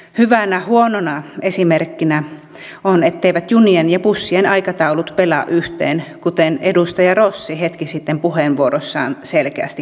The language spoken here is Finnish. hyvänä huonona esimerkkinä on etteivät junien ja bussien aikataulut pelaa yhteen kuten edustaja rossi hetki sitten puheenvuorossaan selkeästi kuvasi